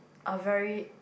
are very